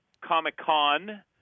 Comic-Con